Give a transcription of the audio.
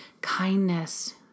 Kindness